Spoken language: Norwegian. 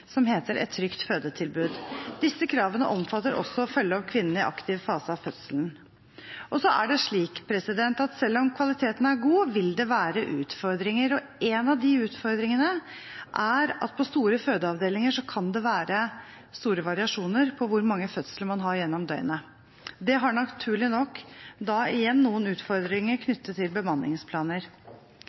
som heter Et trygt fødetilbud. Disse kravene omfatter også å følge opp kvinnen i aktiv fase av fødselen. Så er det slik at selv om kvaliteten er god, vil det være utfordringer, og en av de utfordringene er at på store fødeavdelinger kan det være store variasjoner på hvor mange fødsler man har gjennom døgnet. Det har naturlig nok noen utfordringer knyttet til bemanningsplaner.